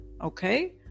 Okay